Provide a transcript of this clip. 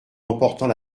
emportant